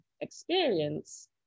experience